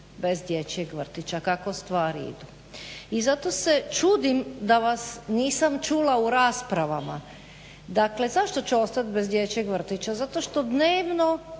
bez dječjeg vrtića kako stvari idu. I zato se čudim da vas nisam čula u raspravama. Dakle zašto će ostat bez dječjeg vrtića zato što dnevno